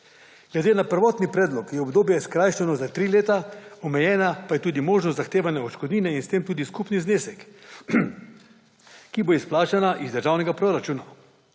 Glede na prvotni predlog je obdobje skrajšano za tri leta, omejena pa je tudi možnost zahtevanja odškodnine – in s tem tudi skupni znesek – ki bo izplačana iz državnega proračuna.